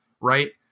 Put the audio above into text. right